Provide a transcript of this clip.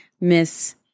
Miss